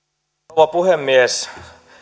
rouva puhemies